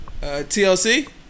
TLC